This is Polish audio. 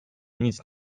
nic